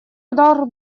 удар